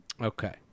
Okay